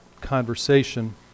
conversation